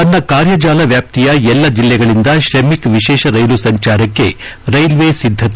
ತನ್ನ ಕಾರ್ಡ ಜಾಲ ವ್ಯಾಪ್ತಿಯ ಎಲ್ಲ ಜಿಲ್ಲೆಗಳಿಂದ ಶ್ರಮಿಕ್ ವಿಶೇಷ ರೈಲು ಸಂಚಾರಕ್ಕೆ ರೈಲ್ವೆ ಸಿದ್ಧತೆ